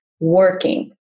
working